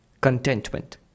Contentment